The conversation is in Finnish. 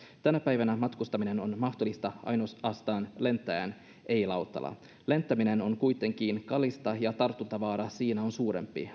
tänä päivänä matkustaminen on mahdollista ainoastaan lentäen ei lautalla lentäminen on kuitenkin kallista ja tartuntavaara siinä on suurempi